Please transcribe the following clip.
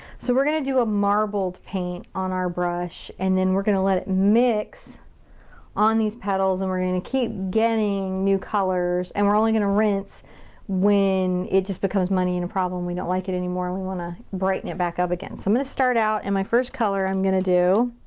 so, we're gonna do a marbled paint on our brush, and then we're gonna let it mix on these petals, and we're gonna keep getting new colors. and we're only gonna rinse when it just becomes muddy and a problem we don't like it anymore and we wanna brighten it back up again. so i'm gonna start out and my first color i'm gonna do